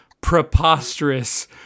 preposterous